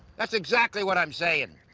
that's exactly what i'm saying.